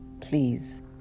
please